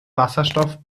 wasserstoff